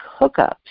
hookups